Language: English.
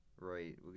right